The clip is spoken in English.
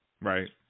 Right